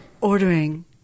ordering